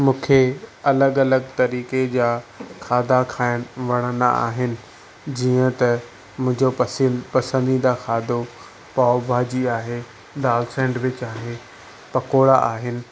मूंखे अलॻि अलॻि तरीक़े जा खाधा खाइणु वणंदा आहिनि जीअं त मुंहिंजो पसन पसंदीदा खाधो पाव भाॼी आहे दाल सैंडविच आहे पकोड़ा आहिनि